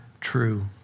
true